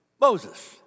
Moses